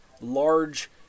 large